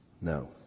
No